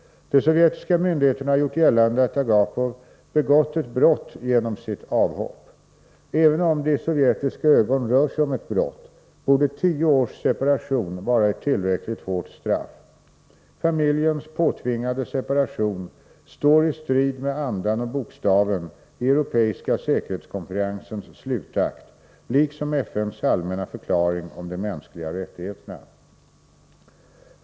De sovjetiska myndigheterna har gjort gällande att Agapov begått ett brott genom sitt avhopp. Även om det i sovjetiska ögon rör sig om ett brott, borde tio års separation vara ett tillräckligt hårt straff. Familjens påtvingade separation står i strid med andan och bokstaven i europeiska säkerhetskonferensens slutakt liksom med FN:s allmänna förklaring om de mänskliga rättigheterna.